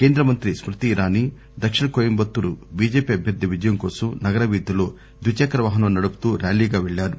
కేంద్ర మంత్రి స్కృతి ఇరానీ దక్షిణ కోయంబత్తూరు బిజెపి అభ్యర్థి విజయం కోసం నగర వీధుల్లో ద్విచక్రవాహనం నడుపుతూ ర్యాలీగా పెళ్లారు